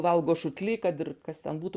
valgo šutly kad ir kas ten būtų